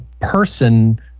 person